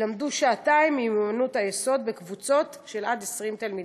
יילמדו שעתיים ממיומנויות היסוד בקבוצות של עד 20 תלמידים.